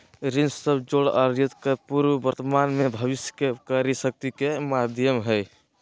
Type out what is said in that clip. ऋण सब जोड़ अर्जित के पूर्व वर्तमान में भविष्य के क्रय शक्ति के माध्यम हइ